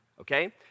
Okay